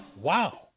wow